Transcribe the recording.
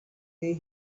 day